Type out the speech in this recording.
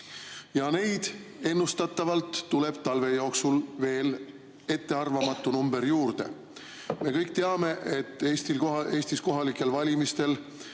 Ja neid ennustatavalt tuleb talve jooksul veel ettearvamatu number juurde. Me kõik teame, et Eestis on kohalikel valimistel